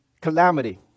calamity